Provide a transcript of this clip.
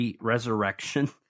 resurrection